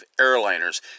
airliners